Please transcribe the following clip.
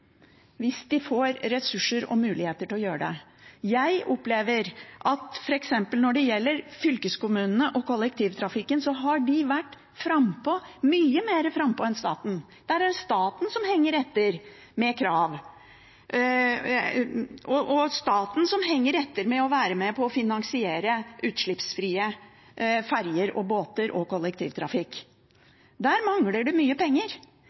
hvis de får ressurser og muligheter til det. Når det gjelder f.eks. fylkeskommunene og kollektivtrafikken, opplever jeg at de har vært frampå – mye mer frampå enn staten. Der er det staten som henger etter med krav, og staten som henger etter med å være med på å finansiere utslippsfrie ferjer, båter og kollektivtrafikk. Der mangler det mye penger.